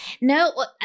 No